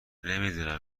نمیدونم